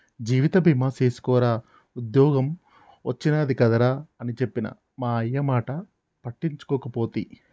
జీవిత బీమ సేసుకోరా ఉద్ద్యోగం ఒచ్చినాది కదరా అని చెప్పిన మా అయ్యమాట పట్టించుకోకపోతి